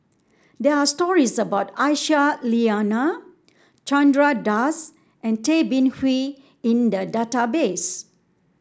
there are stories about Aisyah Lyana Chandra Das and Tay Bin Wee in the database